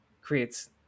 creates